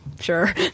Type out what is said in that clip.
sure